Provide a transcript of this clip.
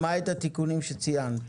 למעט התיקונים שציינת.